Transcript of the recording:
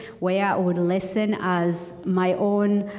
where i would listen as my own,